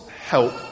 help